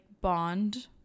bond